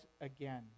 again